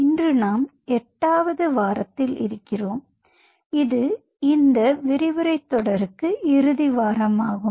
இன்று நாம் 8 வது வாரத்தில் இருக்கிறோம் இது இந்த விரிவுரை தொடருக்கு இறுதி வாரமாகும்